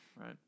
right